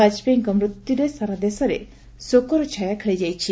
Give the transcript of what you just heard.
ବାଜପେୟୀଙ୍କର ମୃତ୍ୟୁରେ ସାରା ଦେଶରେ ଶୋକର ଛାୟା ଖେଳିଯାଇଛି